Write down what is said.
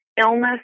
illness